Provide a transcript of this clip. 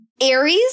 Aries